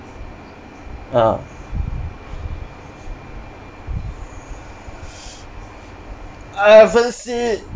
ah I haven't see it